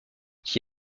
qui